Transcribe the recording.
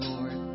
Lord